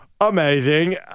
Amazing